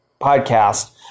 podcast